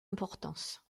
importance